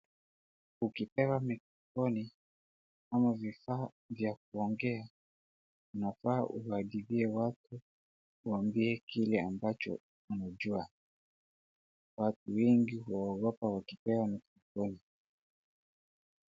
ukipewa microphone ama vifaa vya kuongea unafaa uangalie watu uwaambie kile ambacho unajua. Watu wengi huogopa wakipewa.